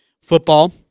Football